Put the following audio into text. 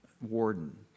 Warden